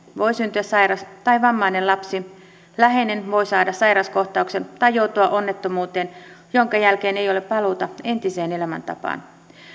voi syntyä sairas tai vammainen lapsi tai läheinen voi saada sairauskohtauksen tai joutua onnettomuuteen jonka jälkeen ei ole paluuta entiseen elämäntapaan